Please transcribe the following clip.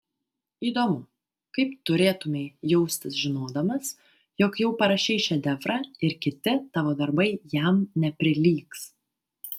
įdomu kaip turėtumei jaustis žinodamas jog jau parašei šedevrą ir kiti tavo darbai jam neprilygs